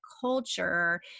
culture